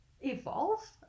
evolve